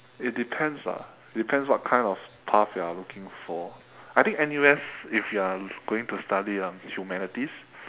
it depends lah depends what kind of path you're looking for I think N_U_S if you're going to study um humanities